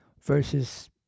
versus